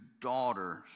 daughters